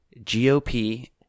GOP